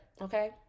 Okay